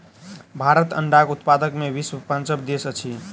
भारत अंडाक उत्पादन मे विश्वक पाँचम देश अछि